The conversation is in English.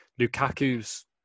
Lukaku's